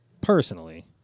personally